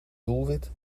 doelwit